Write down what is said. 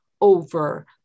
over